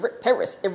Paris